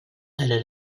эрэр